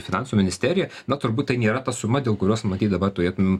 finansų ministerija na turbūt tai nėra ta suma dėl kurios matyt dabar turėtum